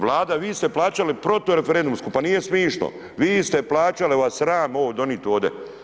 Vlada vi ste plaćali protu referendumsko pa nije smišno, vi ste plaćali jel vas sram ovo donit ovdje.